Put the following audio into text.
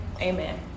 amen